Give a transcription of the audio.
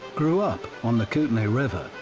grew up on the kootenai river.